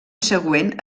següent